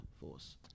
Force